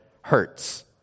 hurts